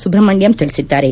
ಸುಬ್ರಹ್ಮಣ್ಯಂ ತಿಳಿಸಿದ್ದಾರೆ